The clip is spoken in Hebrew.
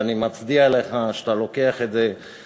ואני מצדיע לך על כך שאתה לוקח את זה על עצמך.